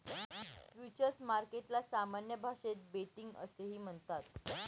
futures मार्केटला सामान्य भाषेत बेटिंग असेही म्हणतात